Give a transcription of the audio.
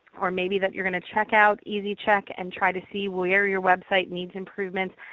or maybe that you're going to check out easy check and try to see where your website needs improvements.